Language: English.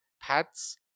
PADS